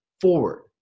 forward